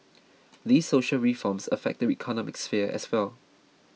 these social reforms affect the economic sphere as well